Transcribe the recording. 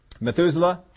Methuselah